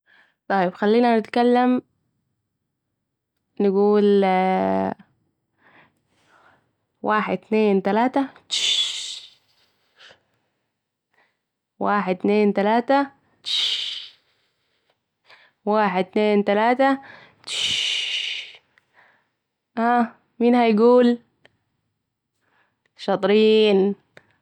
طايب... ، خلينا نتكلم نقول واحد اتنين تلاته تشششششش واحد اتنين تلاته تشششششش واحد اتنين تلاته تشششششش ها مين هيقول شاااطرييين